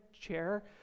chair